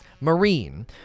Marine